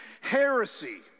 heresy